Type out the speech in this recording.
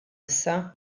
issa